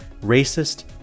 racist